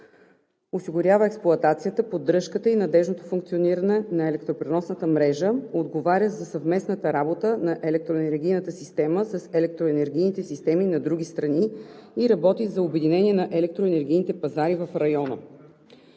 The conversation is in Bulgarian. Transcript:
осигурява експлоатацията, поддръжката и надеждното функциониране на електропреносната мрежа, отговаря за съвместната работа на електроенергийната система с електроенергийните системи на други страни и работи за обединение на електроенергийните пазари в района.